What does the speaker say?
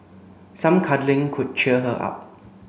some cuddling could cheer her up